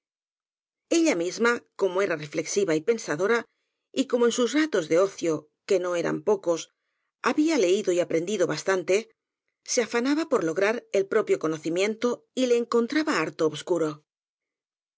ella misma como era reflexiva y pensadora y como en sus ratos de ocio que no eran pocos ha bía leído y aprendido bastante se afanaba por lo grar el propio conocimiento y le encontraba harto obscuro